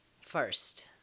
first